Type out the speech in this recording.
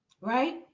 Right